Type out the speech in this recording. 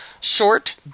short